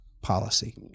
policy